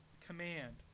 command